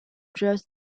draws